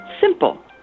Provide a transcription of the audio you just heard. Simple